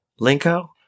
Linko